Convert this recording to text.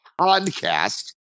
podcast